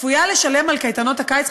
צפויה לשלם על קייטנות הקיץ,